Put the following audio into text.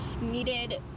needed